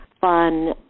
fun